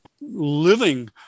living